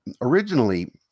originally